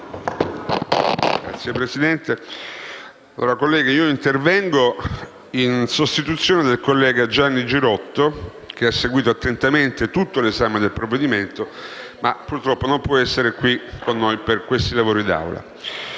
Signora Presidente, colleghi, intervengo in sostituzione del collega Gianni Girotto, che ha seguito attentamente tutto l'esame del provvedimento ma che, purtroppo, non può essere qui con noi in questi lavori d'Aula.